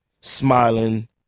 smiling